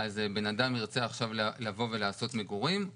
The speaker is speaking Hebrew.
אדם ירצה לעשות מגורים,